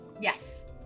Yes